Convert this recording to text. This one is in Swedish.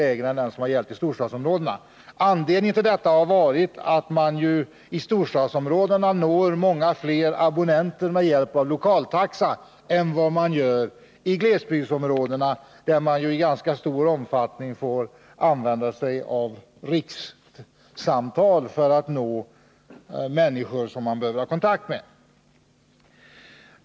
lägre än i storstadsområdena. Anledningen har varit att man i storstadsområdena når många fler abonnenter med hjälp av lokaltaxa än man gör i glesbygdsområdena, där man i ganska stor omfattning får använda rikssamtal för att nå människor man behöver ha kontakt med.